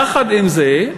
יחד עם זה,